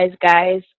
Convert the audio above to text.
guys